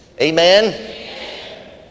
Amen